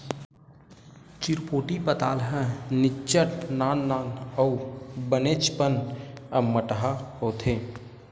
चिरपोटी पताल ह निच्चट नान नान अउ बनेचपन अम्मटहा होथे